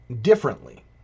differently